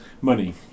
Money